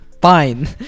Fine